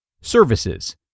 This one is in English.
Services